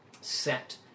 set